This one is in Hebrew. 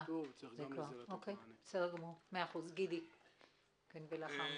כן, המנכ"ל באמת